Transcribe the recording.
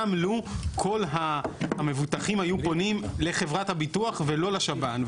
גם לו כל המבוטחים היו פונים לחברת הביטוח ולא לשב"ן.